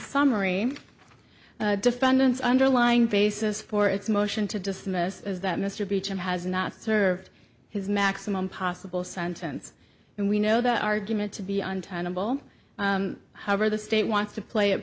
summary defendant's underlying basis for its motion to dismiss is that mr beecham has not served his maximum possible sentence and we know the argument to be untenable however the state wants to play it